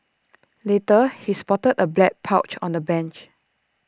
later he spotted A black pouch on the bench